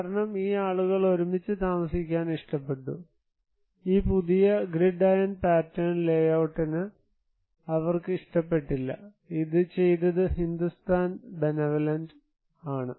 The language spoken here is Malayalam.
കാരണം ഈ ആളുകൾ ഒരുമിച്ച് താമസിക്കാൻ ഇഷ്ടപ്പെട്ടു ഈ പുതിയ ഗ്രിഡ് അയൺ പാറ്റേൺ ലേയൌട്ടിന് അവർക്ക് ഇഷ്ടപ്പെട്ടില്ല ഇത് ചെയ്തത് ഹിന്ദുസ്ഥാൻ ബെനവലന്റ് ആണ്